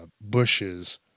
bushes